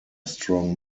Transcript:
strong